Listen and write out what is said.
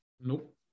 Nope